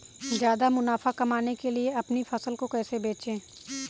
ज्यादा मुनाफा कमाने के लिए अपनी फसल को कैसे बेचें?